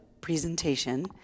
presentation